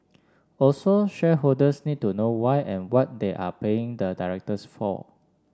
also shareholders need to know why and what they are paying the directors for